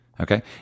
Okay